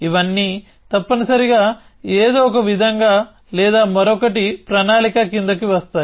ఇవన్నీ తప్పనిసరిగా ఏదో ఒక విధంగా లేదా మరొకటి ప్రణాళిక కిందకు వస్తాయి